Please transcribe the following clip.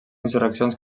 insurreccions